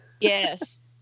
Yes